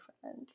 friend